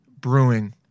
brewing